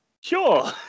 Sure